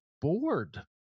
bored